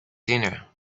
dinner